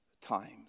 times